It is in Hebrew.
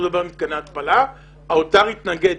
האוצר התנגד.